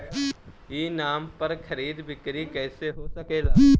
ई नाम पर खरीद बिक्री कैसे हो सकेला?